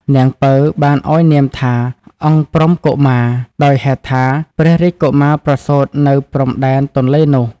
នាង ពៅ បានឲ្យនាមថា អង្គព្រំកុមារ ដោយហេតុថា ព្រះរាជកុមារប្រសូត៍នៅព្រំដែនទនេ្លនោះ។